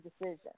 decision